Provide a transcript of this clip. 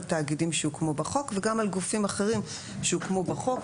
תאגידים שהוקמו בחוק וגם על גופים אחרים שהוקמו בחוק,